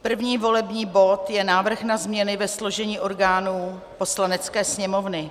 První volební bod je Návrh na změny ve složení orgánů Poslanecké sněmovny.